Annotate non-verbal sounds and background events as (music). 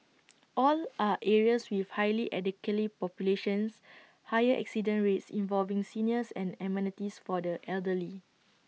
(noise) all are areas with highly (unintelligible) populations higher accident rates involving seniors and amenities for the elderly